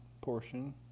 portion